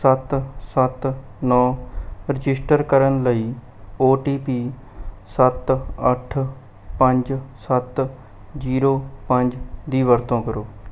ਸੱਤ ਸੱਤ ਨੌ ਰਜਿਸਟਰ ਕਰਨ ਲਈ ਓ ਟੀ ਪੀ ਸੱਤ ਅੱਠ ਪੰਜ ਸੱਤ ਜੀਰੋ ਪੰਜ ਦੀ ਵਰਤੋਂ ਕਰੋ